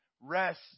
Rest